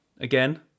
again